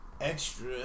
Extra